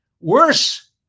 Worse